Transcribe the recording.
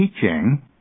teaching